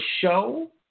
show